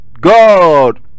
God